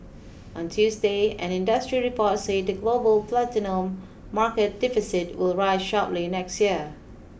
on Tuesday an industry report said the global platinum market deficit will rise sharply next year